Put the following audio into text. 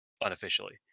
unofficially